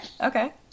okay